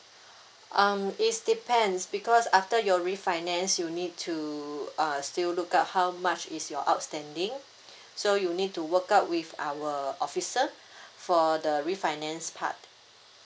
um it's depends because after your refinance you need to uh still look out how much is your outstanding so you need to work out with our officer for the refinance part